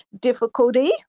difficulty